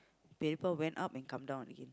went up and come down again